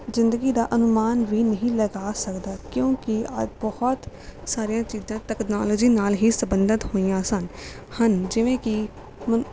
ਜ਼ਿੰਦਗੀ ਦਾ ਅਨੁਮਾਨ ਵੀ ਨਹੀਂ ਲਗਾ ਸਕਦਾ ਕਿਉਂਕਿ ਬਹੁਤ ਸਾਰੀਆਂ ਚੀਜ਼ਾਂ ਤਕਨਾਲੋਜੀ ਨਾਲ ਹੀ ਸੰਬੰਧਿਤ ਹੋਈਆਂ ਸਨ ਹਨ ਜਿਵੇਂ ਕਿ